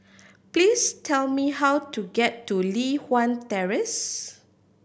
please tell me how to get to Li Hwan Terrace